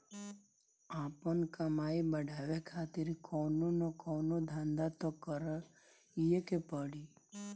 आपन कमाई बढ़ावे खातिर कवनो न कवनो धंधा तअ करीए के पड़ी